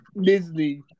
Disney